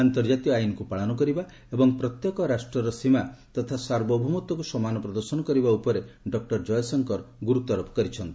ଅନ୍ତର୍କାତୀୟ ଆଇନକୁ ପାଳନ କରିବା ଏବଂ ପ୍ରତ୍ୟେକ ରାଷ୍ଟ୍ରର ସୀମା ତଥା ସାର୍ବଭୌମତ୍ୱକୁ ସମ୍ମାନ ପ୍ରଦର୍ଶନ କରିବା ଉପରେ ଡକ୍ଟର ଜୟଶଙ୍କର ଗୁରୁତ୍ୱାରୋପ କରିଥିଲେ